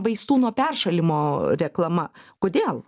vaistų nuo peršalimo reklama kodėl